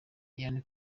diana